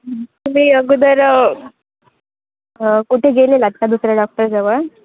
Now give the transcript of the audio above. तुम्ही अगोदर कुठे गेलेलात का दुसऱ्या डॉक्टरजवळ